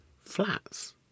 flats